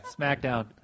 Smackdown